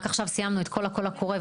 רק עכשיו סיימנו את כל הקול הקורא,